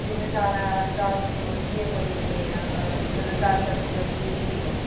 ते में ज्यादा ज्यादा सब्जी लोड़दी ते मतलब कोई दस दस बीह् बीह् किल्लो